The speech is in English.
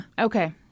Okay